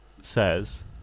says